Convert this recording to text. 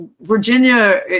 Virginia